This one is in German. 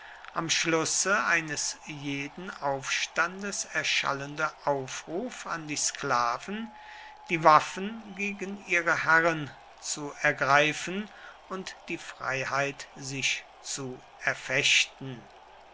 am schlusse eines jeden aufstandes erschallende aufruf an die sklaven die waffen gegen ihre herren zu ergreifen und die freiheit sich zu erfechten